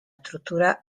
estructura